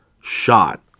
shot